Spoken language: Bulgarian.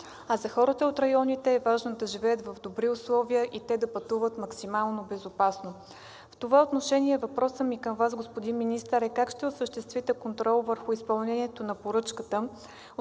а за хората от районите е важно да живеят в добри условия и те да пътуват максимално безопасно. В това отношение въпросът ми към Вас, господин Министър, е: как ще осъществите контрол върху изпълнението на поръчките?